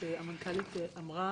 שהמנכ"לית אמרה,